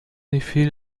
effet